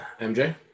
MJ